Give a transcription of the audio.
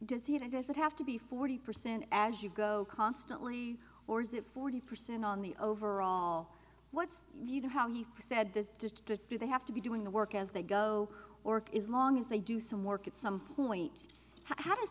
he does it have to be forty percent as you go constantly or is it forty percent on the overall what's you know how he said this to do they have to be doing the work as they go or is long as they do some work at some point how does